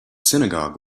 synagogue